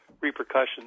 repercussions